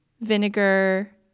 vinegar